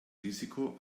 risiko